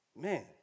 man